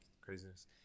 Craziness